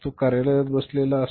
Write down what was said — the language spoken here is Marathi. तो कार्यालयात बसलेला आहे